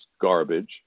garbage